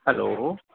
hello